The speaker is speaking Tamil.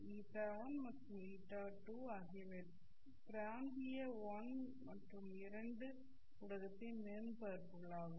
η1 மற்றும் η2 ஆகியவை பிராந்திய 1 2 மற்றும் ஊடகத்தின் மின்மறுப்புகளாகும்